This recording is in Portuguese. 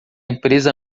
empresa